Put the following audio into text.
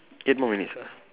eight more minutes ah